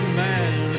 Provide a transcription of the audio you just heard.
man